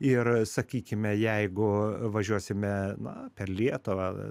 ir sakykime jeigu važiuosime na per lietuvą